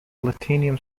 platinum